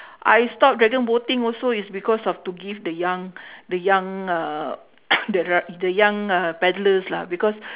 I stop dragon boating also is because of to give the young the young uh the dr~ the young uh paddlers lah because